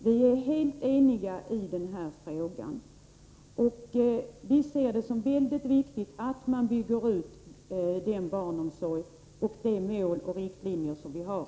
Vi är helt eniga i den frågan. Vi ser det som mycket viktigt att man bygger ut barnomsorgen och följer de mål och riktlinjer som vi har.